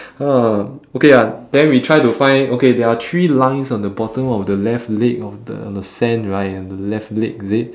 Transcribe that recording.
okay can !wah! okay ah then we try to find okay there are three lines on the bottom of the left leg of the on the sand right on the left leg is it